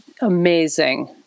amazing